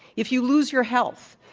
if you lose your health,